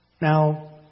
Now